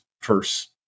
first